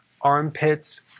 armpits